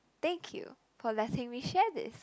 thank you for letting me share this